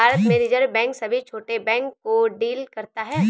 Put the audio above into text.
भारत में reserve bank सभी छोटे बैंक को डील करता है